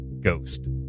ghost